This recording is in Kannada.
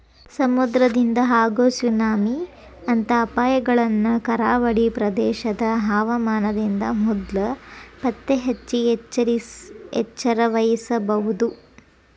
ಸಮುದ್ರದಿಂದ ಆಗೋ ಸುನಾಮಿ ಅಂತ ಅಪಾಯಗಳನ್ನ ಕರಾವಳಿ ಪ್ರದೇಶದ ಹವಾಮಾನದಿಂದ ಮೊದ್ಲ ಪತ್ತೆಹಚ್ಚಿ ಎಚ್ಚರವಹಿಸಬೊದು